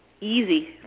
easy